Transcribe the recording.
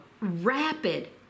Rapid